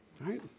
right